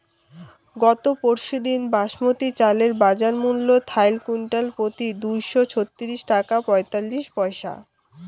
গত পরশুদিন বাসমতি চালের বাজারমূল্য থাইল কুইন্টালপ্রতি দুইশো ছত্রিশ টাকা পঁয়তাল্লিশ পইসা